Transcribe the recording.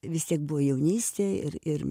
vis tiek buvo jaunystėj ir ir